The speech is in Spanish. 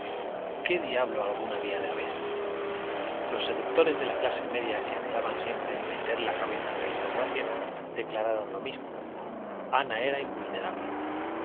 qué diablo alguna había de haber los seductores de la clase media que anhelaban siempre meter la cabeza en la aristocracia declararon lo mismo ana era invulnerable